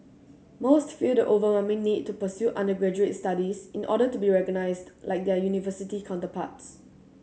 most feel the overwhelming need to pursue undergraduate studies in order to be recognised like their university counterparts